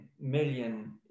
million